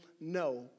No